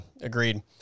agreed